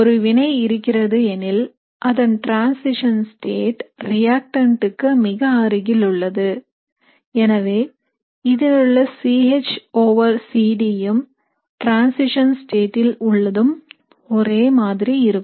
ஒரு வினை இருக்கிறது எனில் அதன் டிரன்சிஷன் ஸ்டேட் ரியாக்டன்டுக்கு மிக அருகில் உள்ளது எனவே இதிலுள்ள C H over C D யும் டிரன்சிஷன் ஸ்டேட் ல் உள்ளதும் ஒரே மாதிரி இருக்கும்